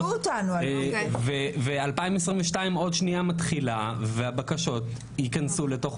2022 עוד שנייה מתחילה והבקשות ייכנסו לתוך